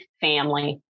family